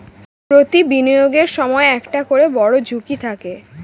প্রতি বিনিয়োগের সময় একটা করে বড়ো ঝুঁকি থাকে